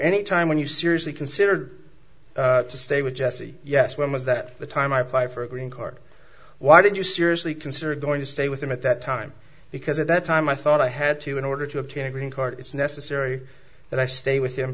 any time when you seriously considered to stay with jesse yes when was that the time i play for a green card why did you seriously consider going to stay with him at that time because at that time i thought i had to in order to obtain a green card it's necessary that i stay with him